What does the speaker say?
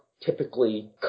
typically